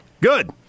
good